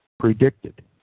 predicted